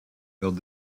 filled